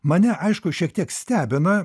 mane aišku šiek tiek stebina